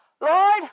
Lord